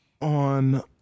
on